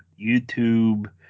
youtube